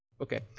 Okay